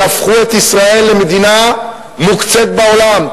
הן יהפכו את ישראל למדינה מוקצית בעולם.